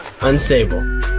unstable